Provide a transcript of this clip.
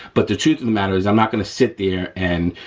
but the truth of the matter is i'm not gonna sit there and,